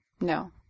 No